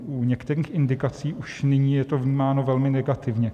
U některých indikací už nyní je to vnímáno velmi negativně.